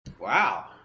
wow